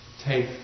take